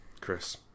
Chris